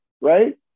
right